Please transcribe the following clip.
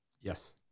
Yes